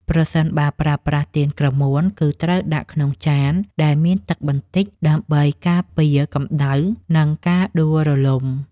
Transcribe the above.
ប្រសិនបើប្រើប្រាស់ទៀនក្រមួន គឺត្រូវដាក់ក្នុងចានដែលមានទឹកបន្តិចដើម្បីការពារកម្តៅ និងការដួលរលំ។